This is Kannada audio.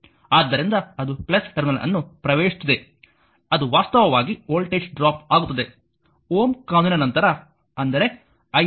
ಆದ್ದರಿಂದ ಅದು ಟರ್ಮಿನಲ್ ಅನ್ನು ಪ್ರವೇಶಿಸುತ್ತಿದೆ ಅದು ವಾಸ್ತವವಾಗಿ ವೋಲ್ಟೇಜ್ ಡ್ರಾಪ್ ಆಗುತ್ತದೆ Ω ಕಾನೂನಿನ ನಂತರ ಅಂದರೆ iR